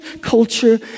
culture